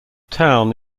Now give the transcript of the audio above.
town